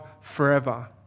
forever